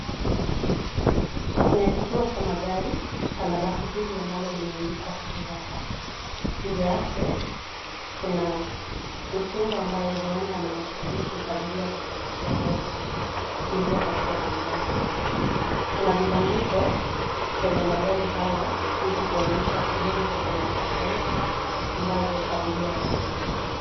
Kwenye kituo cha magari pana basi hili ambalo limeandikwa City hoppa . Nje yake, kuna utingo ambaye huenda anawashawishi abiria tofauti tofauti kuingia katika gari lake. Kuna vibandiko kwenye magari haya ilikuonyesha sehemu tofauti tofauti ambazo abiria wanaenda.